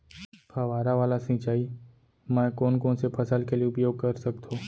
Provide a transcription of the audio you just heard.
फवारा वाला सिंचाई मैं कोन कोन से फसल के लिए उपयोग कर सकथो?